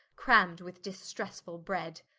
cram'd with distressefull bread,